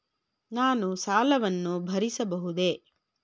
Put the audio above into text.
ನಾನು ಸಾಲವನ್ನು ಭರಿಸಬಹುದೇ?